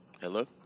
Hello